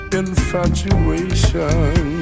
infatuation